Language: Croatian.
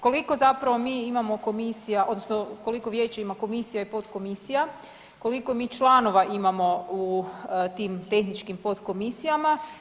Koliko zapravo mi imamo komisija odnosno koliko vijeće ima komisija i potkomisija, koliko mi članova imamo u tim tehničkim potkomisijama?